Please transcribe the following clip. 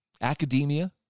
academia